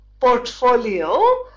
portfolio